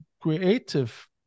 creative